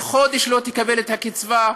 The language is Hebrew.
וחודש לא תקבל קצבה,